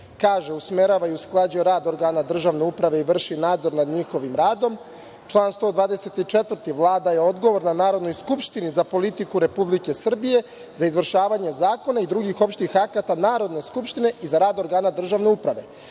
kaže: „Usmerava i usklađuje rad organa državne uprave i vrši nadzor nad njihovim radom“. Član 124. „Vlada je odgovorna Narodnoj skupštini za politiku Republike Srbije, za izvršavanje zakona i drugih opštih akata Narodne skupštine i za rad organa državne uprave“.